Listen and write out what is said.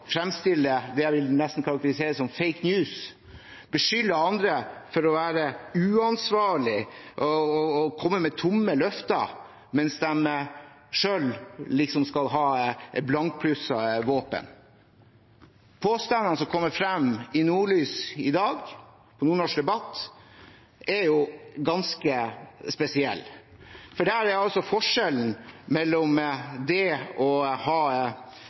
det jeg nesten vil karakterisere som «fake news», beskylde andre for å være uansvarlig og komme med tomme løfter, mens de selv liksom har et blankpusset våpen. Påstandene som kommer frem i Nordlys i dag, i Nordnorsk debatt, er ganske spesielle, for forskjellen mellom det å ha tomme løfter og det å ha reelle løfter er altså